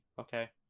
Okay